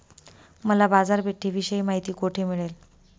मला बाजारपेठेविषयी माहिती कोठे मिळेल?